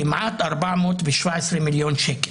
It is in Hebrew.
כמעט 417 מיליון שקלים,